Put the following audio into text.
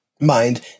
mind